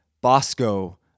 Bosco